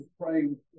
praying